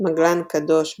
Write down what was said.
מגלן קדוש,